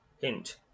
Hint